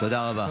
תודה רבה.